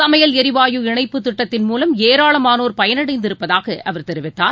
சமையல் எரிவாயு இணைப்புத் திட்டத்தின் மூலம் ஏராளமானோர் பயனடைந்திருப்பதாக அவர் தெரிவித்தார்